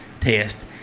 test